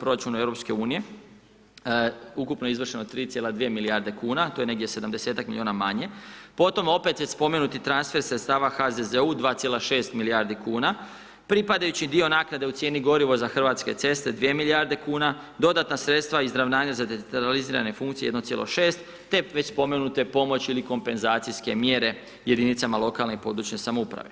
proračunu Europske unije, ukupno izvršeno 3,2 milijarde kuna to je negdje 70-tak miliona manje, potom opet već spomenuti transfer sredstava HZZO-u 2,6 milijardi kuna, pripadajući dio naknade u cijeni gorivo za Hrvatske ceste 2 milijarde kuna, dodatna sredstava izravnanja za decentralizirane funkcije 1,6 te već spomenute pomoći ili kompenzacijske mjere jedinicama lokalne i područne samouprave.